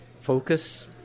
focus